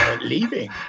leaving